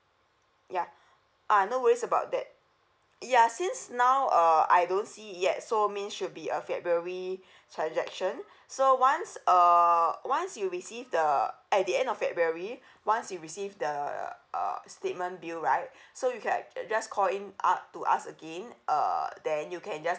ya ah no worries about that ya since now uh I don't see it yet so means should be a february transaction so once uh once you receive the at the end of february once you receive the uh statement bill right so you can like just call in up to us again uh then you can just